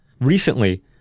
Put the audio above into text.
Recently